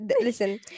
Listen